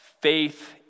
faith